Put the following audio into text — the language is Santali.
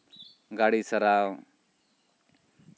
ᱜᱟᱲᱤ ᱥᱟᱨᱟᱣ